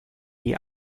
die